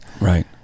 Right